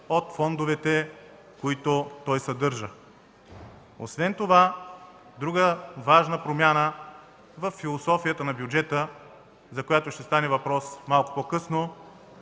от фондовете, които той съдържа. Друга важна промяна във философията на бюджета, за която ще стане въпрос малко по-късно,